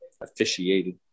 Officiated